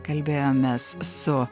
kalbėjomės su